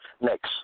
Next